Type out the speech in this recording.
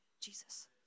Jesus